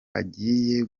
agiye